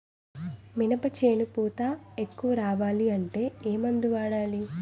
మినప చేను పూత ఎక్కువ రావాలి అంటే ఏమందు వాడాలి?